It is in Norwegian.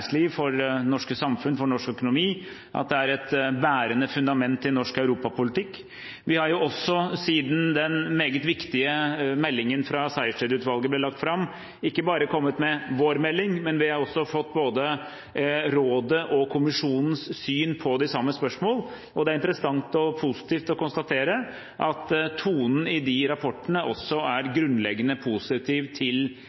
for det norske samfunn og for norsk økonomi, og at det er et bærende fundament i norsk europapolitikk. Vi har også, siden den meget viktige meldingen fra Sejersted-utvalget ble lagt fram, ikke bare kommet med vår melding, men vi har også fått både rådets og kommisjonens syn på de samme spørsmål. Det er interessant og positivt å konstatere at tonen i de rapportene også er